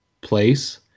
place